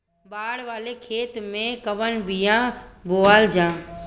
बाड़ वाले खेते मे कवन बिया बोआल जा?